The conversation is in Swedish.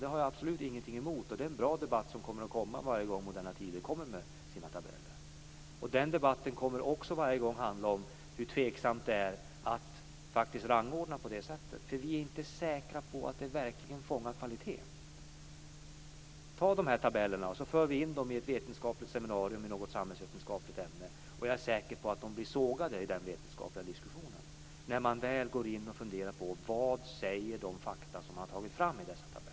Det har jag absolut ingenting emot, och det är en bra debatt som kommer att komma varje gång Moderna Tider kommer med sina tabeller. Den debatten kommer också varje gång att handla om hur tveksamt det faktiskt är att rangordna på det här sättet, för vi är inte säkra på att det verkligen gagnar kvaliteten. Ta de här tabellerna och för in dem i ett vetenskapligt seminarium i något samhällsvetenskapligt ämne. Jag är säker på att de blir sågade i den vetenskapliga diskussionen när man väl går in och funderar på vad de fakta som man har tagit fram i dessa tabeller säger.